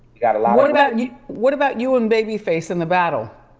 we got a lot what about you? what about you and babyface and the battle?